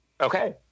Okay